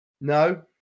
No